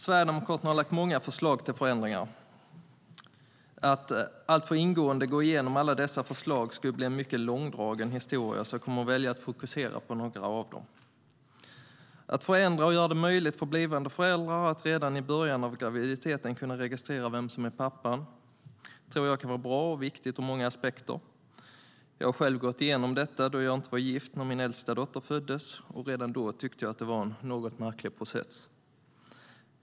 Sverigedemokraterna har lagt fram många förslag till förändringar. Att ingående gå igenom alla dessa förslag skulle bli en mycket långdragen historia, så jag kommer att fokusera på några av dem. Att förändra och göra det möjligt för blivande föräldrar att redan i början av graviditeten kunna registrera vem som är pappa tror jag kan vara bra och viktigt ur många aspekter. Jag har själv gått igenom detta då jag inte var gift när min äldsta dotter föddes, och redan då tyckte jag det var en något märklig process.